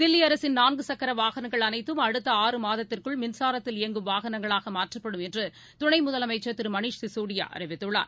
தில்லிஅரசின் நான்குசக்கரவாகனங்கள் அனைத்தும் அடுத்த ஆறு மாதத்திற்குள் மின்சாரத்தில் இயங்கும் வாகனங்களாகமாற்றப்படும் என்றுதுணைமுதலமைச்சர் திருமணீஷ் சிசோடியாஅறிவித்துள்ளார்